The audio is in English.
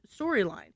storyline